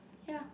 ya